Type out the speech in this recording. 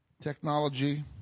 Technology